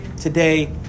today